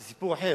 זה סיפור אחר,